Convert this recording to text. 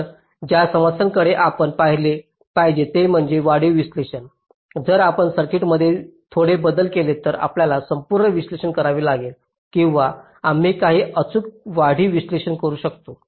तर ज्या समस्यांकडे आपण पाहिले पाहिजे ते म्हणजे वाढीव विश्लेषण जर आपण सर्किटमध्ये थोडे बदल केले तर आपल्याला संपूर्ण विश्लेषण करावे लागेल किंवा आम्ही काही अचूक वाढीव विश्लेषण करू शकतो